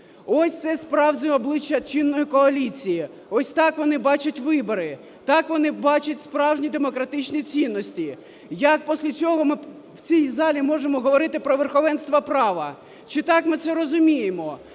Ось це справжнє обличчя чинної коаліції. Ось так вони бачать вибори, так вони бачать справжні демократичні цінності. Як після цього ми в цій залі можемо говорити про верховенство права? Чи так ми це розуміємо,